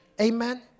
Amen